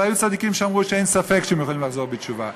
אבל היו צדיקים שאמרו שאין ספק שהם יכולים לחזור בתשובה.